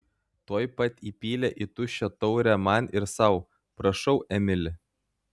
tuoj pat įpylė į tuščią taurę man ir sau prašau emili